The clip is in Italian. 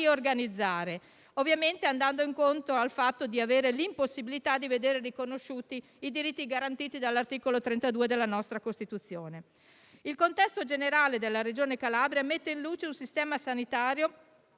riorganizzare, rendendo ovviamente impossibile vedere riconosciuti i diritti garantiti dall'articolo 32 della nostra Costituzione. Il contesto generale della Regione Calabria mette in luce un sistema sanitario